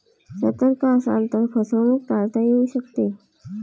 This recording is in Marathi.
सतर्क असाल तर फसवणूक टाळता येऊ शकते